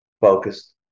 focused